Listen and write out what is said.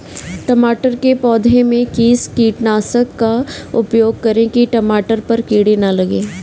टमाटर के पौधे में किस कीटनाशक का उपयोग करें कि टमाटर पर कीड़े न लगें?